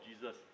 Jesus